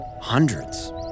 Hundreds